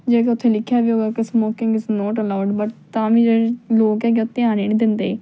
ਜਦੋਂ ਕਿ ਉੱਥੇ ਲਿਖਿਆ ਵੀ ਹੋਏਗਾ ਕਿ smoking is not allowed but ਤਾਂ ਵੀ ਜਿਹੜੇ ਲੋਕ ਹੈਗੇ ਆ ਧਿਆਨ ਹੀ ਨਹੀਂ ਦਿੰਦੇ